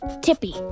Tippy